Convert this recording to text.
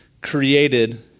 created